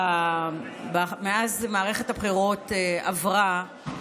מאז שמערכת הבחירות עברה,